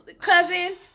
cousin